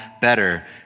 better